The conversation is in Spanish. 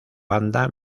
banda